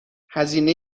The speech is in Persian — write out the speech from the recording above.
هزینه